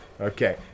Okay